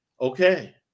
Okay